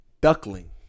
duckling